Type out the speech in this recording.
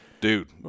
dude